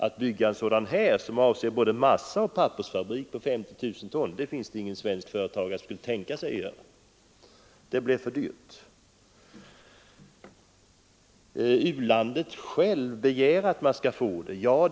Att bygga en fabrik för framställning av både massa och papper med en kapacitet på 50 000 ton kan ingen svensk företagare tänka sig. Det blir för dyrt. U-landet har självt begärt att få fabriken, har man sagt.